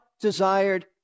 desired